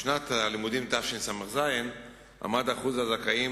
בשנת הלימודים תשס"ז עמד שיעור הזכאים